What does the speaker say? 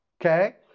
okay